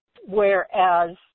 Whereas